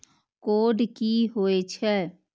Code की होय छै?